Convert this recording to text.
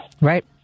Right